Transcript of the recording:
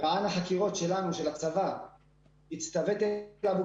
החקירות שלנו, של הצבא, הצטרף אליו.